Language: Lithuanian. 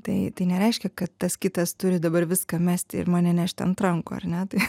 tai tai nereiškia kad tas kitas turi dabar viską mesti ir mane nešti ant rankų ar ne tai